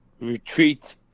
retreat